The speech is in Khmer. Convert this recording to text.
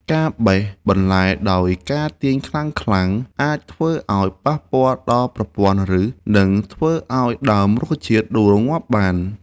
ការបេះបន្លែដោយការទាញខ្លាំងៗអាចធ្វើឱ្យប៉ះពាល់ដល់ប្រព័ន្ធឫស និងធ្វើឱ្យដើមរុក្ខជាតិដួលងាប់បាន។